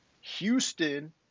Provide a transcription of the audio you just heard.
Houston